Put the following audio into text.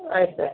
ಆಯ್ತು ಸರ್